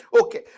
okay